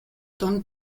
don